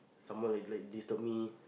someone like like disturb me